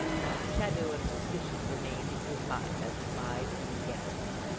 not a shadow of suspicion remained in his mind as to my two guests.